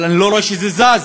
אבל אני לא רואה שזה זז,